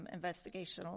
investigational